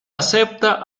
acepta